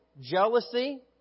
jealousy